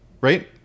right